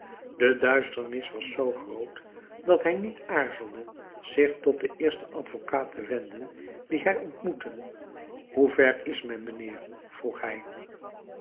de duisternis was zoo groot dat hij niet aarzelde zich tot den eersten advocaat te wenden dien hij ontmoette hoe ver is men mijnheer vroeg hij